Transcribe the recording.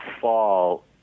fall